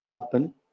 happen